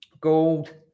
gold